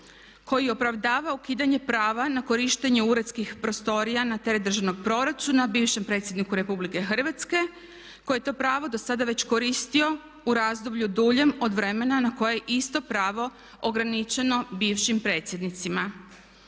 koji opravdava ukidanje prava na korištenje uredskih prostorija na teret državnog proračuna bivšem predsjedniku Republike Hrvatske koji je to pravo dosada već koristio u razdoblju duljem od vremena na koje je isto pravo ograničeno bivšim predsjednicima.